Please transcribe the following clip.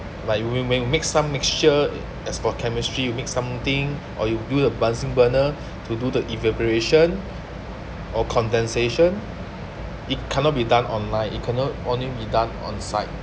like when you when you mix some mixture as for chemistry you mix something or you do the bunsen burner to do the evaporation or condensation it cannot be done online it can on~ only be done on site